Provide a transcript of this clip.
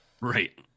Right